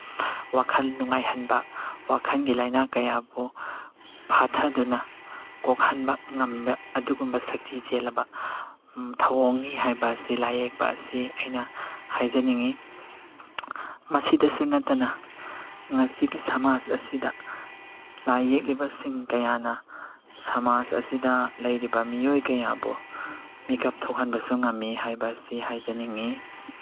ꯋꯥꯈꯜ ꯅꯨꯡꯉꯥꯏꯍꯟꯕ ꯋꯥꯈꯜꯒꯤ ꯂꯩꯅꯥ ꯀꯌꯥꯕꯨ ꯐꯥꯊꯗꯨꯅ ꯀꯣꯛꯍꯟꯕ ꯉꯝꯕ ꯑꯗꯨꯒꯨꯝꯕ ꯁꯛꯇꯤ ꯆꯦꯜꯂꯕ ꯊꯧꯑꯣꯡꯅꯤ ꯍꯥꯏꯕ ꯑꯁꯤ ꯂꯥꯏꯌꯦꯛꯄ ꯑꯁꯤ ꯑꯩꯅ ꯍꯥꯏꯖꯅꯤꯡꯏ ꯃꯁꯤꯇꯁꯨ ꯅꯠꯇꯅ ꯉꯁꯤꯒꯤ ꯁꯃꯥꯖ ꯑꯁꯤꯗ ꯂꯥꯏ ꯌꯦꯛꯂꯤꯕꯁꯤꯡ ꯀꯌꯥꯅ ꯁꯃꯥꯖ ꯑꯁꯤꯗ ꯂꯩꯔꯤꯕ ꯃꯤꯑꯣꯏ ꯀꯌꯥꯕꯨ ꯃꯤꯀꯞ ꯊꯣꯛꯍꯟꯕꯁꯨ ꯉꯝꯃꯤ ꯍꯥꯏꯕꯁꯤ ꯍꯥꯏꯖꯅꯤꯡꯏ